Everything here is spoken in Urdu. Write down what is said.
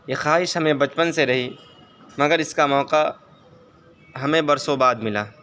یہ خواہش ہمیں بچپن سے رہی مگر اس کا موقع ہمیں برسوں بعد ملا